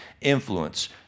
influence